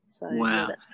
Wow